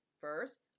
First